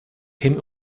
him